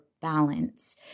balance